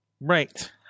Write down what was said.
Right